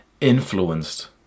influenced